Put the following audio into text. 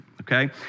Okay